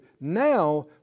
Now